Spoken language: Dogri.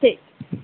ते